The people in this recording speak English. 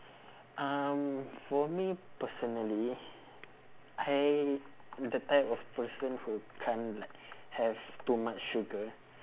um for me personally I that type of person who can't like have too much sugar